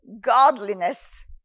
godliness